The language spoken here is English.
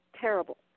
Terrible